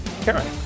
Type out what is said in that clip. Karen